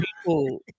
people